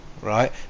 right